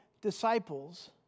disciples